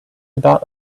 about